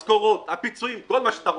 המשכורות, הפיצויים, כל מה שאתה רוצה.